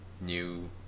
new